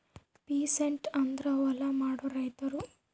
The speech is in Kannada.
ಪೀಸಂಟ್ ಅಂದ್ರ ಹೊಲ ಮಾಡೋ ರೈತರು